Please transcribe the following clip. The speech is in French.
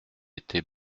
étais